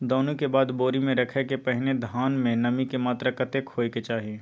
दौनी के बाद बोरी में रखय के पहिने धान में नमी के मात्रा कतेक होय के चाही?